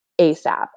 ASAP